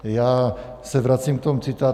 Já se vracím k tomu citátu.